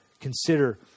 Consider